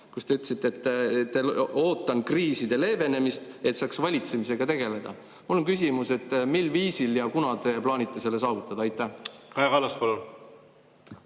aasta alguses: "Ootan kriiside leevenemist, et saaks valitsemisega tegeleda." Mul on küsimus: mil viisil ja kunas te plaanite selle saavutada? Aitäh,